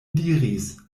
diris